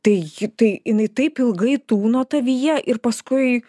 tai tai jinai taip ilgai tūno tavyje ir paskui